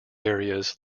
areas